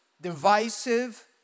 divisive